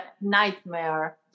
nightmare